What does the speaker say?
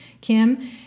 Kim